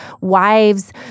wives